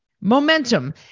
Momentum